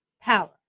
power